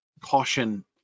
caution